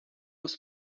was